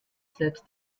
selbst